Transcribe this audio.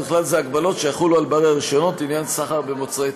ובכלל זה הגבלות שיחולו על בעלי הרישיונות לעניין סחר במוצרי תעבורה.